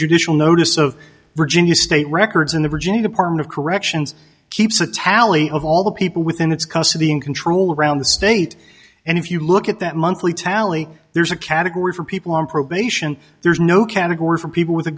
judicial notice of virginia state records in the virginia department of corrections keeps a tally of all the people within its custody in control around the state and if you look at that monthly tally there's a category for people on probation there's no category for people with a